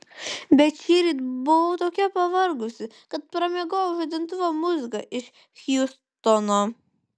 bet šįryt buvau tokia pavargusi kad pramiegojau žadintuvo muziką iš hjustono